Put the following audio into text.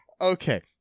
Okay